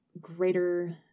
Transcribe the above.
greater